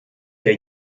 der